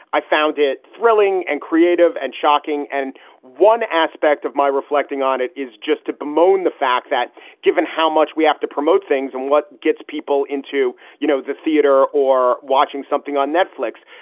i found it thrilling and creative and shocking. and one aspect of my reflecting on it is just to bemoan the fact that given how much we have to promote things and what gets people into you know the theater or watching something on netflix,